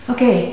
Okay